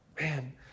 Man